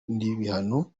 bihano